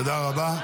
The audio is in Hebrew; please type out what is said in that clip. תודה רבה.